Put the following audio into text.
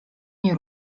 nie